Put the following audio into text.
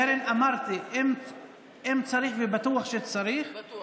קרן, אמרתי, אם צריך, ובטוח שצריך, בטוח.